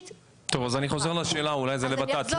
אז אני חוזר שאלה, אולי זה לות"ת.